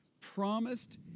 promised